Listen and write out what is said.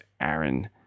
Aaron